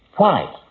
why?